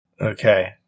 okay